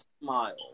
smile